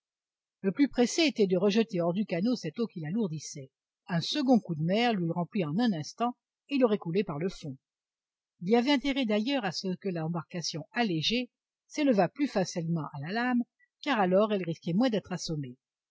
le plus pressé était de rejeter hors du canot cette eau qui l'alourdissait un second coup de mer l'eût rempli en un instant et il aurait coulé par le fond il y avait intérêt d'ailleurs à ce que l'embarcation allégée s'élevât plus facilement à la lame car alors elle risquait moins d'être assommée